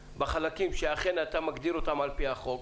בחלקים שאתה אכן מגדיר אותם על פי החוק.